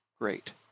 great